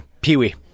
Pee-wee